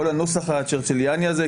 כל הנוסח הצ'רצ'ליאני הזה,